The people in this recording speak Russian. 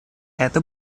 это